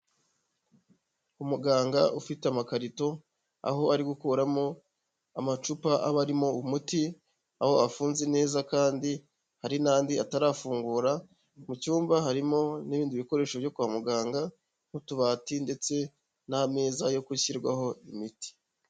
Umuganga ufite amakarito, aho ari gukuramo amacupa aba arimo umuti, aho afunze neza, kandi hari n'andi atarafungura, mu cyumba harimo n'ibindi bikoresho byo kwa muganga, nk'utubati, ndetse n'ameza yo gushyirwaho imiti.